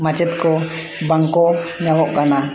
ᱢᱟᱪᱮᱫ ᱠᱚ ᱵᱟᱝ ᱠᱚ ᱧᱟᱢᱚᱜ ᱠᱟᱱᱟ